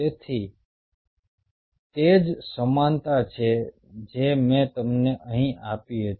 તેથી તે જ સમાનતા છે જે મેં તમને અહીં આપી હતી